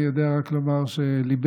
אני רק יודע לומר שליבנו,